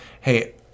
hey